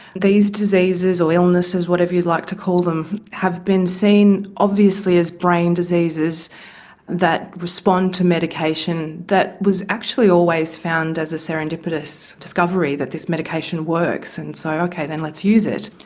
these diseases or illnesses, whatever you like to call them, have been seen obviously as brain diseases that respond to medication, that was actually always found as a serendipitous discovery, that this medication works, and so, okay, then let's use it.